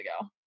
ago